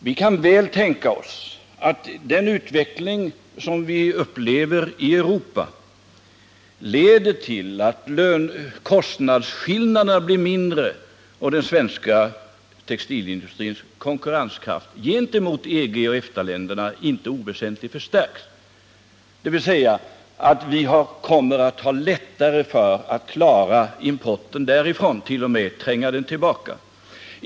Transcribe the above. Vi kan väl tänka oss att den utveckling som vi upplever i Europa leder till att kostnadsskillnaderna blir mindre och att den svenska textilindustrins konkurrenskraft gentemot EG/EFTA-länderna inte oväsentligt förstärks, dvs. att vi kommer att ha lättare att klara importen därifrån och t.o.m. tränga den tillbaka.